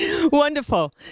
Wonderful